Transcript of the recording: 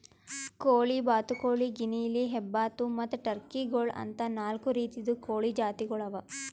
ಕೋಳಿ, ಬಾತುಕೋಳಿ, ಗಿನಿಯಿಲಿ, ಹೆಬ್ಬಾತು ಮತ್ತ್ ಟರ್ಕಿ ಗೋಳು ಅಂತಾ ನಾಲ್ಕು ರೀತಿದು ಕೋಳಿ ಜಾತಿಗೊಳ್ ಅವಾ